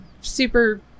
super